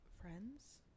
friends